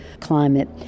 climate